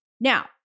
Now